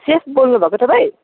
safe बोल्नु भएको तपाईँ